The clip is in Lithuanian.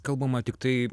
kalbama tiktai